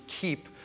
keep